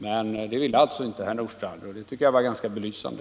Men det ville alltså inte herr Nordstrandh, och det tycker jag är ganska belysande.